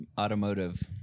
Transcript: Automotive